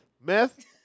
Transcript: Meth